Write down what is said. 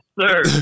sir